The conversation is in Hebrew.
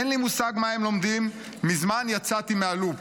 אין לי מושג מה הם לומדים, מזמן יצאתי מהלופ.